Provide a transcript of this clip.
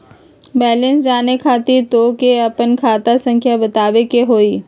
Balance जाने खातिर तोह के आपन खाता संख्या बतावे के होइ?